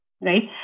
right